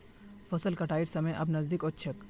फसल कटाइर समय अब नजदीक ओस छोक